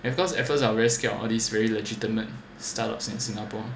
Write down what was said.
at first I very scared of all these very legitimate startups in Singapore